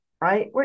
right